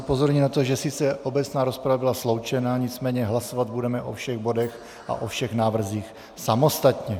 Upozorňuji na to, že sice obecná rozprava byla sloučena, nicméně hlasovat budeme o všech bodech a o všech návrzích samostatně.